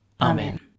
Amen